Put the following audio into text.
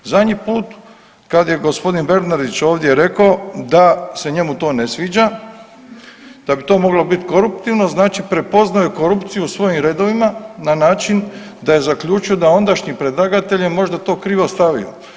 Zadnji put kad je gospodin Bernardić ovdje rekao da se to njemu ne sviđa, da bi to moglo biti koruptivno znači prepoznao je korupciju u svojim redovima na način da je zaključio da ondašnji predlagatelj je možda to krivo stavio.